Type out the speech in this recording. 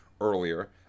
earlier